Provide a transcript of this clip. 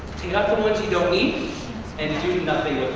take out the ones you don't need and do nothing